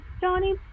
Johnny